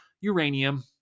uranium